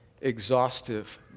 exhaustive